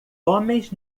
homens